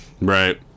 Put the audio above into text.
Right